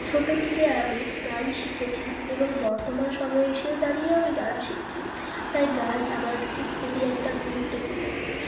ছোটো থেকে আমি গান শিখেছি এবং বর্তমান সময়ে এসেও দাঁড়িয়েও আমি গান শিখছি তাই গান আমার কাছে খুবই একটা গুরুত্বপূর্ণ জিনিস